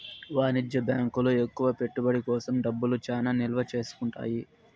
వాణిజ్య బ్యాంకులు ఎక్కువ పెట్టుబడి కోసం డబ్బులు చానా నిల్వ చేసుకుంటాయి